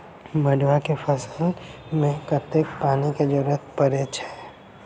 मड़ुआ केँ फसल मे कतेक पानि केँ जरूरत परै छैय?